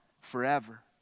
Forever